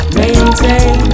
maintain